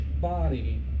body